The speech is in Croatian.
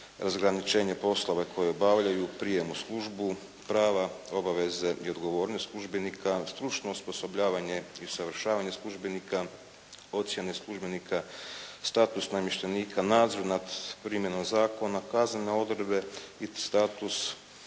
razgraničenje poslova koje obavljaju, prijem u službu, prava i obaveze i odgovornost službenika, stručno osposobljavanje i usavršavanje službenika, ocjene službenika, status namještenika, nadzor nad primjenom zakona, kaznene odredbe i status službenika